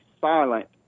silent